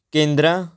ਕੇਂਦਰਾਂ